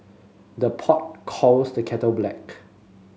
the pot calls the kettle black